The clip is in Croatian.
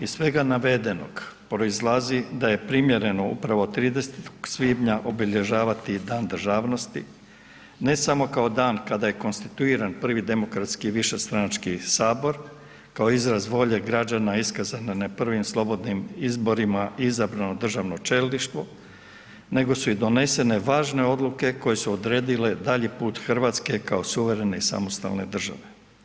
Iz svega navedenog proizlazi da je primjereno upravo 30. svibnja obilježavati Dan državnosti, ne samo kao dan kada je konstituiran prvi demokratski višestranački sabor, kao izraz volje građana iskazana na prvim slobodnim izborima izabrano državno čelništvo, nego su i donesene važne odluke koje su odredile dalji put RH kao suvremene i samostalne države.